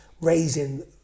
raising